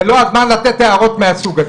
זה לא הזמן לתת הערות מהסוג הזה.